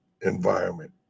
environment